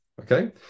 Okay